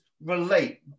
relate